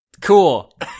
Cool